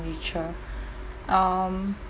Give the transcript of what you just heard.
expenditure um